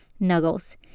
Nuggles